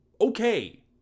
okay